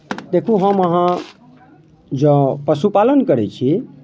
देखू हम अहाँ जँ पशुपालन करैत छी